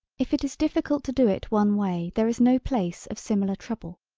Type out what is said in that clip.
if it is difficult to do it one way there is no place of similar trouble.